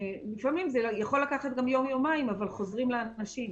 זה יכול לקחת גם יום-יומיים, אבל חוזרים לאנשים.